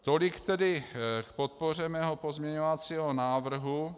Tolik tedy k podpoře mého pozměňovacího návrhu.